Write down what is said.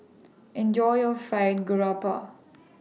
Enjoy your Fried Garoupa